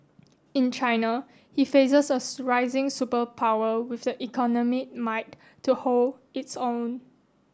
in China he faces a superpower with the economic might to hold its own